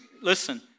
listen